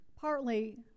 partly